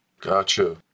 Gotcha